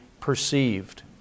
perceived